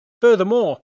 Furthermore